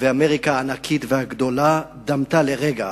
ואמריקה הענקית והגדולה דמתה לרגע